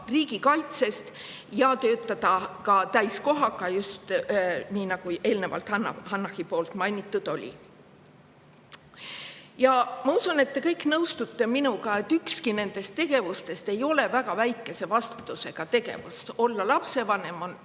riigikaitsest ja töötada täiskohaga – just nii, nagu eelnevalt Hanah mainis. Ma usun, et te kõik nõustute minuga, et ükski nendest tegevustest ei ole väga väikese vastutusega tegevus. Olla lapsevanem on